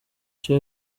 cha